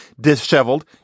disheveled